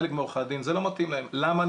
חלק מעורכי הדין זה לא מתאים להם, למה?